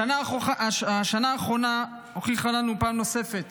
השנה האחרונה הוכיחה לנו פעם נוספת